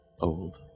old